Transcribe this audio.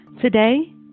Today